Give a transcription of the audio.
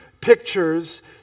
pictures